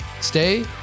Stay